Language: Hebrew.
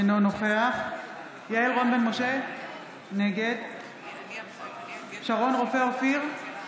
אינו נוכח יעל רון בן משה, נגד שרון רופא אופיר,